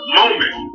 moment